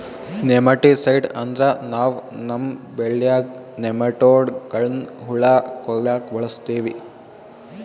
nematicide ಅಂದ್ರ ನಾವ್ ನಮ್ಮ್ ಬೆಳ್ಯಾಗ್ ನೆಮಟೋಡ್ಗಳ್ನ್ ಹುಳಾ ಕೊಲ್ಲಾಕ್ ಬಳಸ್ತೀವಿ